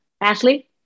Ashley